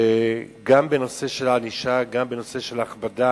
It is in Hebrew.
גם בנושא של ענישה, גם בנושא של הכבדה,